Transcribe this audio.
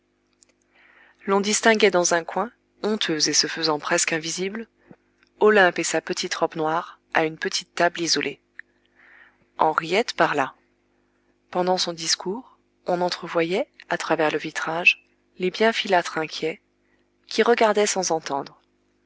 l'on distinguait dans un coin honteuse et se faisant presque invisible olympe et sa petite robe noire à une petite table isolée henriette parla pendant son discours on entrevoyait à travers le vitrage les bienfilâtre inquiets qui regardaient sans entendre